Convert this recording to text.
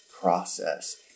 process